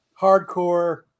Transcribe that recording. hardcore